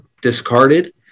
discarded